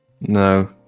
No